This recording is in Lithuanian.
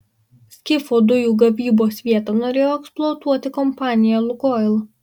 skifo dujų gavybos vietą norėjo eksploatuoti kompanija lukoil